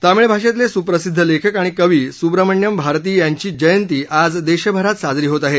तामिळ भाषेतले सुप्रसिद्ध लेखक आणि कवी सुव्रहमणीया भारथी यांची जयंती आज देशभरात साजरी होत आहे